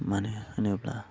मानो होनोब्ला